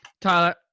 Tyler